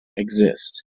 exist